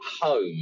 home